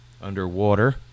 underwater